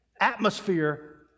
Atmosphere